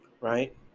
Right